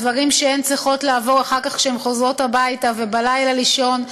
דברים שהן צריכות לעבור אחר כך כשהן חוזרות הביתה ובלילה לישון.